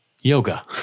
yoga